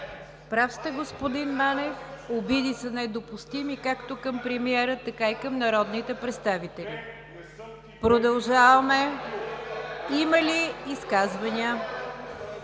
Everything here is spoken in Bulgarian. Прав сте, господин Манев, обиди са недопустими както към премиера, така и към народните представители! Има ли изказвания?